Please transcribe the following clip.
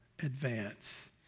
advance